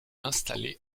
installé